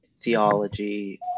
theology